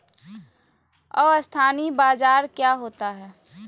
अस्थानी बाजार क्या होता है?